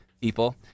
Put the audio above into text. people